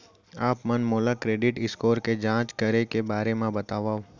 आप मन मोला क्रेडिट स्कोर के जाँच करे के बारे म बतावव?